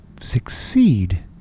succeed